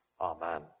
Amen